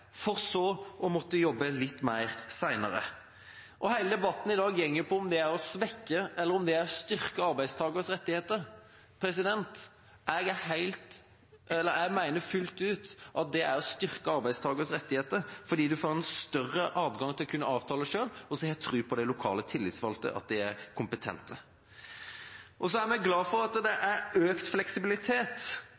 for så å måtte jobbe litt mer seinere. Hele debatten i dag går på om det er å svekke eller å styrke arbeidstakernes rettigheter. Jeg mener fullt ut at det er å styrke arbeidstakers rettigheter, fordi man får en større adgang til å kunne avtale selv. Og så har jeg tro på at de lokale tillitsvalgte er kompetente. Vi er glad for at det er økt fleksibilitet,